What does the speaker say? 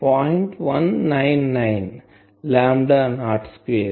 199 lambda not square